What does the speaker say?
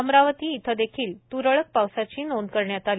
अमरावती इथं देखील त्रळक पावसाची नोंद करण्यात आली